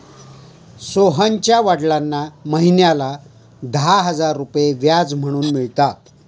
सोहनच्या वडिलांना महिन्याला दहा हजार रुपये व्याज म्हणून मिळतात